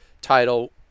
title